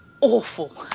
awful